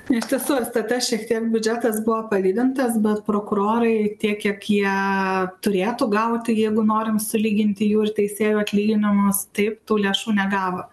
iš tiesų stt šiek tiek biudžetas buvo padidintas bet prokurorai tiek kiek jie turėtų gauti jeigu norim sulyginti jų ir teisėjų atlyginimus taip tų lėšų negavo